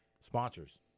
sponsors